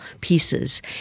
pieces